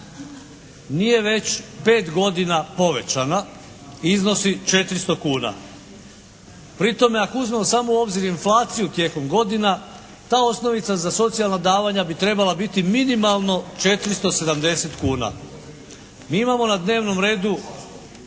nije već pet godina povećana i iznosi 400 kuna. Pri tome ako uzmemo samo u obzir inflaciju tijekom godina ta osnovica za socijalna davanja bi trebala biti minimalno 470 kuna. Mi imamo na dnevnom redu